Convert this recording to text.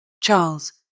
Charles